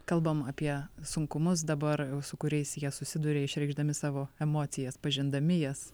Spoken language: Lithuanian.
kalbam apie sunkumus dabar su kuriais jie susiduria išreikšdami savo emocijas pažindami jas